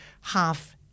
half